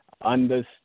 Understand